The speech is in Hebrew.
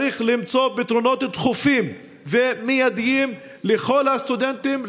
צריך למצוא פתרונות דחופים ומיידיים לכל הסטודנטים.